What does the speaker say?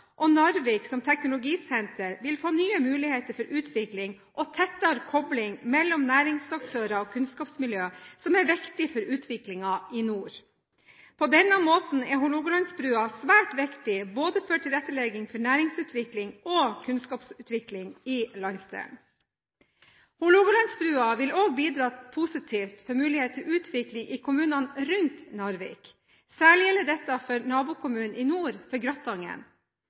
og Narvik, som teknologisenter, vil få nye muligheter for utvikling og tettere kobling mellom næringsaktører og kunnskapsmiljø som er viktig for utviklingen i nord. På denne måten er Hålogalandsbrua svært viktig både for tilrettelegging, for næringsutvikling og kunnskapsutvikling i landsdelen. Hålogalandsbrua vil også bidra positivt for mulighet til utvikling i kommunene rundt Narvik. Særlig gjelder dette for nabokommunen i nord, Gratangen.